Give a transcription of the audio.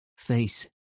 Face